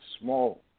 small